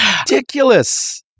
ridiculous